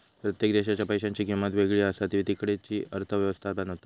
प्रत्येक देशाच्या पैशांची किंमत वेगळी असा ती तिकडची अर्थ व्यवस्था बनवता